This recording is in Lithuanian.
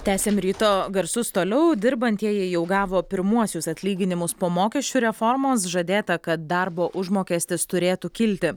tęsiam ryto garsus toliau dirbantieji jau gavo pirmuosius atlyginimus po mokesčių reformos žadėta kad darbo užmokestis turėtų kilti